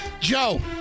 Joe